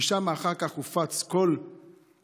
ומשם אחר כך הופצו כל מעיינותיו.